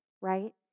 right